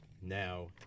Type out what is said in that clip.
Now